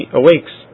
awakes